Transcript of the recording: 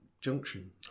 junction